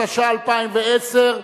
התש"ע 2010,